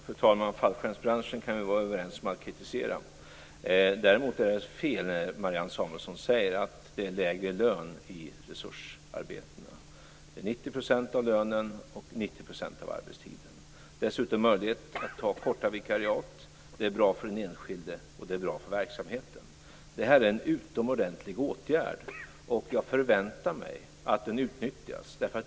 Fru talman! Fallskärmsbranschen kan vi vara överens om att kritisera. Däremot är det Marianne Samuelsson säger om att lönerna vid resursarbete är lägre fel. Det är 90 % av lönen och 90 % av arbetstiden. Dessutom finns en möjlighet att ta korta vikariat, vilket är bra för den enskilde och bra för verksamheten. Det här är en utomordentlig åtgärd, och jag förväntar mig att den utnyttjas.